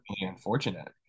unfortunate